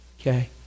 Okay